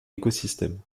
écosystème